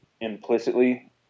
implicitly